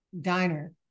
Diner